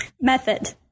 method